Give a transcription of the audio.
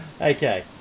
okay